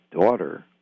daughter